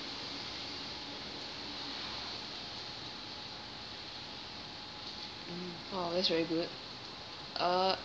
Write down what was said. !wow! that's very good uh